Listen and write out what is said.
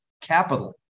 capital